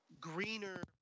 greener